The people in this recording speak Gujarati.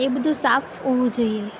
એ બધું સાફ હોવું જોઈએ